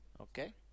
okay